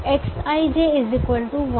तो iXij 1